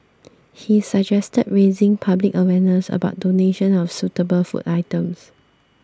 he suggested raising public awareness about donations of suitable food items